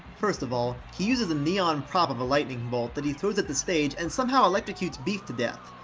first of all, he uses a neon prop of a lightning bolt that he throws at the stage and somehow electrocutes beef to death.